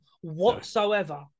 whatsoever